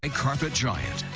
and carpet giant.